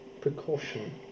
precaution